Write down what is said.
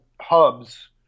hubs